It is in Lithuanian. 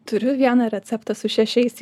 turiu vieną receptą su šešiais